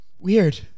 Weird